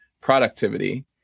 productivity